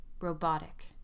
Robotic